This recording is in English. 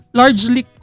largely